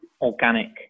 organic